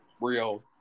real